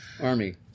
Army